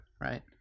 right